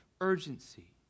urgency